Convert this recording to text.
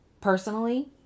Personally